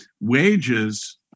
wages